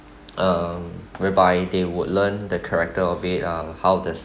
um whereby they would learn the character of it uh how this